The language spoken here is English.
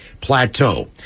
Plateau